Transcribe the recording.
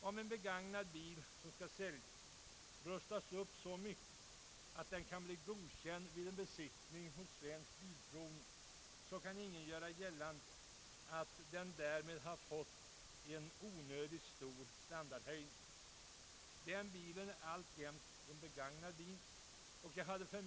Om en begagnad bil före försäljningen rustats upp så att den kan bli godkänd vid besiktning hos AB Svensk bilprovning, kan ingen göra gällande att den därmed har fått en onödigt stor standardhöjning; den är alltjämt en begagnad bil.